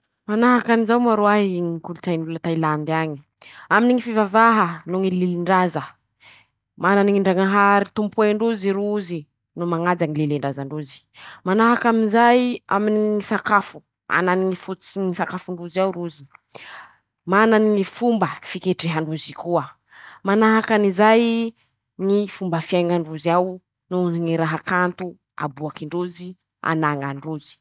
Manahaky anizao moa roahy ñy kolotsainy ñ'olo a tailandy ao: -Aminy ñy fivavaha noho ñy lilin-draza ,manany ñy ndrañahary tompoen-drozy rozy no mañaja ñy lilin-drazan-drozy ;manahak'anizay aminy ñy sakafo ,manany ñy fototsiny ñy sakafon-drozy ao rozy, manany ñy fomba fiketrehan-drozy koa ;manahaky anizay ñy fomba fiaiñan-drozy ao ,nohony ñy raha kanto aboakin-drozy ,anañan-drozy.